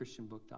christianbook.com